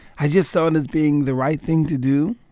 i just saw it as being the right thing to do.